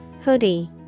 Hoodie